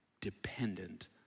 dependent